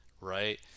right